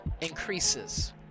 increases